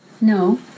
No